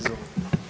Izvolite.